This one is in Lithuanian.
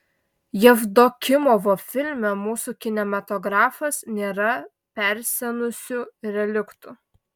jevdokimovo filme mūsų kinematografas nėra persenusiu reliktu